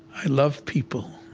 i love people.